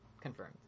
Confirmed